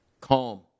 calm